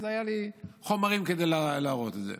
אז היו לי חומרים כדי להראות את זה.